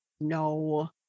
No